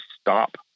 stop